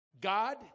God